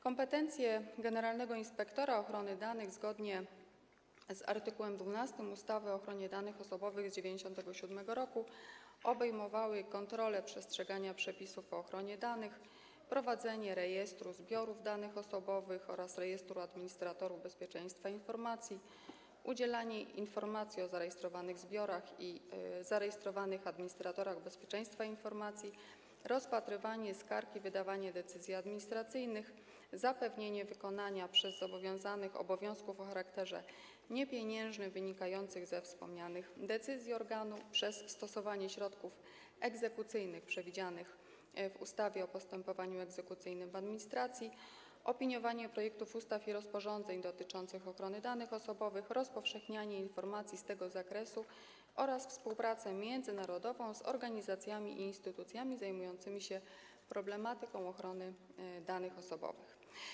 Kompetencje generalnego inspektora ochrony danych osobowych, zgodnie z art. 12 ustawy o ochronie danych osobowych z 1997 r., obejmowały kontrolę przestrzegania przepisów o ochronie danych, prowadzenie rejestru zbiorów danych osobowych oraz rejestru administratorów bezpieczeństwa informacji, udzielanie informacji o zarejestrowanych zbiorach i zarejestrowanych administratorach bezpieczeństwa informacji, rozpatrywanie skarg i wydawanie decyzji administracyjnych, zapewnienie wykonania przez zobowiązanych obowiązków o charakterze niepieniężnym wynikających ze wspomnianych decyzji organu przez stosowanie środków egzekucyjnych przewidzianych w ustawie o postępowaniu egzekucyjnym w administracji, opiniowanie projektów ustaw i rozporządzeń dotyczących ochrony danych osobowych, rozpowszechnianie informacji z tego zakresu oraz współpracę międzynarodową z organizacjami i instytucjami zajmującymi się problematyką ochrony danych osobowych.